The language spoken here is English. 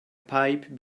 pipe